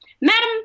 Madam